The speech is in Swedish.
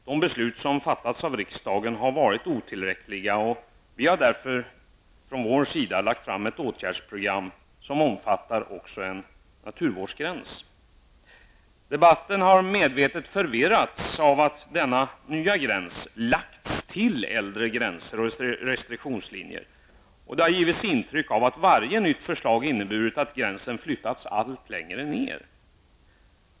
De beslut som fattats av riksdagen har varit otillräckliga, och vi har därför lagt fram ett åtgärdsprogram, som omfattar också en naturvårdsgräns. Debatten har medvetet förvirrats av att denna nya gräns lagts till äldre gränser och restriktionslinjer, och det har givits intryck av att varje nytt förslag inneburit att gränsen flyttats allt längre ned.